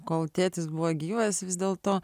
kol tėtis buvo gyvas vis dėlto